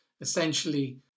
essentially